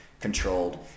controlled